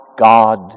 God